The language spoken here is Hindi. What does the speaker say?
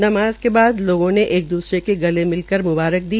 नमाज़ के बाद लोगों ने एक द्रसरे को गले मिलकर मुबारक दी